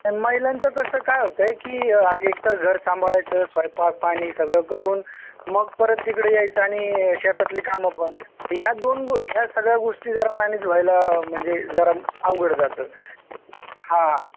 पण महिलांचा कसं काय होतं आहे की एकतर घर सांभाळायचं स्वयंपाक पाणी सगळं करून मग परत तिकडे यायचं आणि शेतातली कामं पण ह्या दोन गो ह्या सगळ्या गोष्टी जरा मॅनेज व्हायला म्हणजे जरा अवघड जातं हां